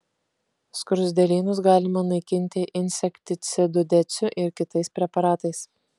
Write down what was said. skruzdėlynus galima naikinti insekticidu deciu ir kitais preparatais